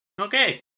okay